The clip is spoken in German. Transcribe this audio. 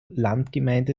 landgemeinde